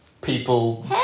people